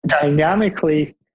dynamically